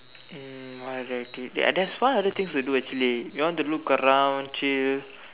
um what other activity there's what other things to do actually you want to look around chill